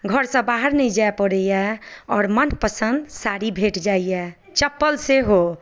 घरसँ बाहर नहि जाइ पड़ैए आओर मनपसन्द साड़ी भेट जाइए चप्पल सेहो